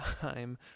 time